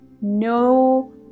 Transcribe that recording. no